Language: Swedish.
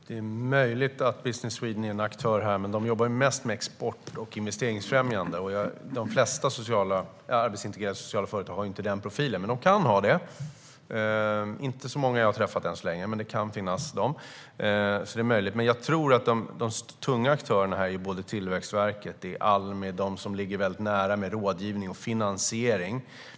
Herr talman! Det är möjligt att Business Sweden är en aktör här. De jobbar dock mest med export och investeringsfrämjande, och de flesta arbetsintegrerande sociala företag har inte den profilen. Men de kan förstås ha det, även om jag inte har träffat så många än så länge. Jag tror att de tunga aktörerna här är Tillväxtverket och Almi, de som ligger väldigt nära med rådgivning och finansiering.